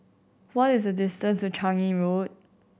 what is the distance to Changi Road